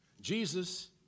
Jesus